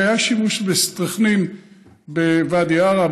כי היה שימוש בסטריכנין בוואדי עארה,